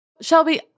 Shelby